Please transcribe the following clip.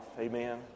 Amen